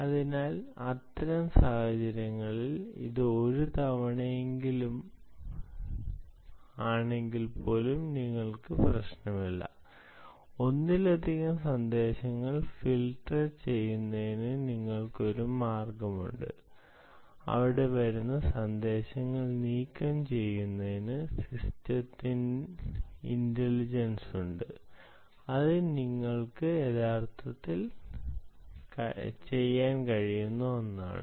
അതിനാൽ അത്തരം സാഹചര്യങ്ങളിൽ ഇത് ഒരുതവണയെങ്കിലും ആണെങ്കിൽ പോലും നിങ്ങൾക്ക് പ്രശ്നമില്ല ഒന്നിലധികം സന്ദേശങ്ങൾ ഫിൽട്ടർ ചെയ്യുന്നതിനു നിങ്ങൾക്ക് ഒരു മാർഗമുണ്ട് അവിടെ വരുന്ന സന്ദേശങ്ങൾ നീക്കംചെയ്യുന്നതിന് സിസ്റ്റത്തിൽ ഇന്റലിജൻസ് ഉണ്ട് അത് നിങ്ങൾക്ക് യഥാർത്ഥത്തിൽ ചെയ്യാൻ കഴിയുന്ന ഒന്നാണ്